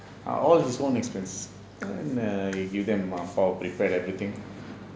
are all his own expense and err you give them prepared everything